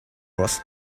was